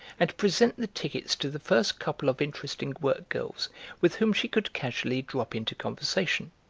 and present the tickets to the first couple of interesting work girls with whom she could casually drop into conversation.